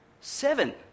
Seven